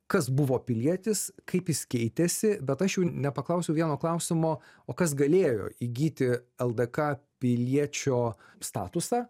kas buvo pilietis kaip jis keitėsi bet aš jų nepaklausiau vieno klausimo o kas galėjo įgyti ldk piliečio statusą